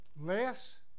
less